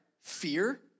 fear